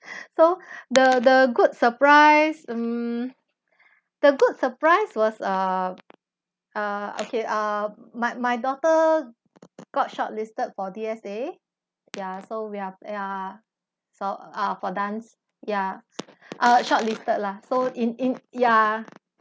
so the the good surprise mm the good surprise was uh uh okay uh my my daughter got shortlisted for D_S_A_ yeah so we're ya so uh for dance ya uh shortlisted lah so in in yeah